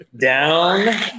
down